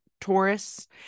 Taurus